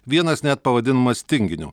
vienas net pavadinamas tinginiu